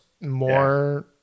more